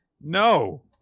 No